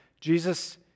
Jesus